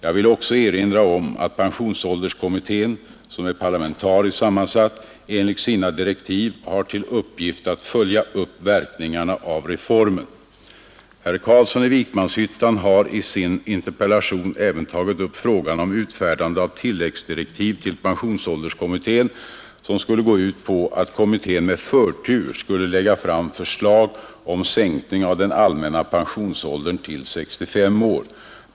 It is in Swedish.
Jag vill också erinra om att pensionsålderskommittén — som är parlamentariskt sammansatt — enligt sina direktiv har till uppgift att följa upp verkningarna av reformen. Herr Carlsson i Vikmanshyttan har i sin interpellation även tagit upp frågan om utfärdande av tilläggsdirektiv till pensionsålderskommittén, som skulle gå ut på att kommittén med förtur skulle lägga fram förslag om sänkning av den allmänna pensionsåldern till 65 år.